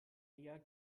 mehr